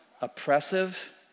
oppressive